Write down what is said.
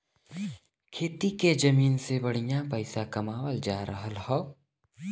खेती के जमीन से बढ़िया पइसा कमावल जा रहल हौ